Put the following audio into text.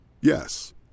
Yes